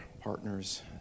partners